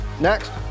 Next